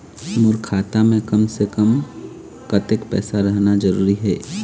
मोर खाता मे कम से से कम कतेक पैसा रहना जरूरी हे?